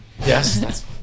Yes